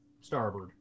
starboard